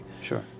Sure